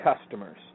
customers